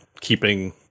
keeping